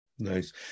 Nice